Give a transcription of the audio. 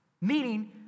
meaning